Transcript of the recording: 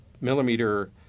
millimeter